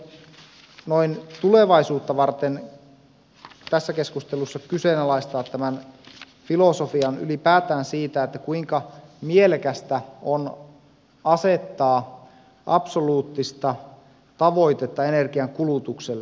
haluaisin noin tulevaisuutta varten tässä keskustelussa kyseenalaistaa tämän filosofian ylipäätään siitä kuinka mielekästä on asettaa absoluuttista tavoitetta energiankulutukselle